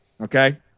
okay